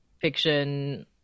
fiction